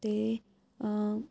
ਅਤੇ